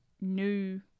new